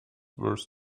worse